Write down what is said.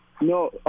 No